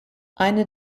eine